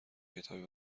کتابی